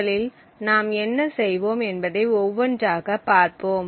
முதலில் நாம் என்ன செய்வோம் என்பதை ஒவ்வொன்றாக பார்ப்போம்